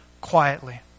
quietly